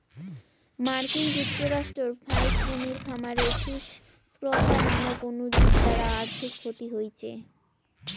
মার্কিন যুক্তরাষ্ট্রর ফাইক কুমীর খামারে সুস স্ক্রফা নামক অণুজীব দ্বারা আর্থিক ক্ষতি হইচে